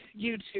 YouTube